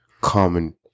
common